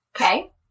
Okay